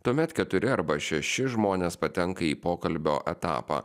tuomet keturi arba šeši žmonės patenka į pokalbio etapą